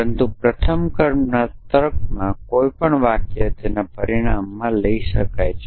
પરંતુ પ્રથમ ક્રમમાં તર્કમાં કોઈ વાક્ય તેના પરિણામમાં લઈ શકાય છે